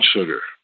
Sugar